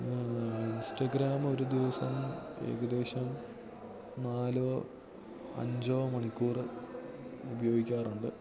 Instagram ഒരു ദിവസം ഏകദേശം നാലോ അഞ്ചോ മണിക്കൂർ ഉപയോഗിക്കാറുണ്ട്